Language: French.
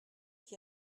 qui